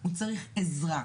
הוא צריך עזרה.